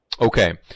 Okay